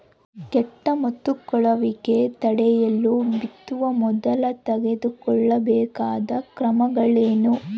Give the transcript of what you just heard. ಕೇಟ ಮುತ್ತಿಕೊಳ್ಳುವಿಕೆ ತಡೆಯಲು ಬಿತ್ತುವ ಮೊದಲು ತೆಗೆದುಕೊಳ್ಳಬೇಕಾದ ಕ್ರಮಗಳೇನು?